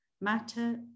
Matter